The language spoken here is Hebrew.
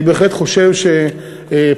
אני בהחלט חושב שפה,